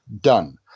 Done